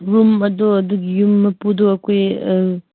room ꯑꯗꯨ ꯑꯗꯨꯒꯤ ꯌꯨꯝ ꯃꯄꯨꯗꯨ ꯑꯩꯈꯣꯏ